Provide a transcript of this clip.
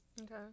Okay